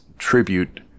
tribute